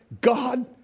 god